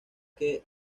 que